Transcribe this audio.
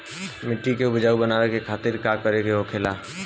मिट्टी की उपजाऊ बनाने के खातिर का करके होखेला?